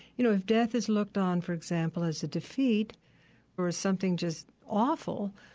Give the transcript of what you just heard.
you know if death is looked on, for example, as a defeat or as something just awful,